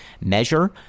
measure